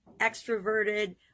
extroverted